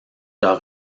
leur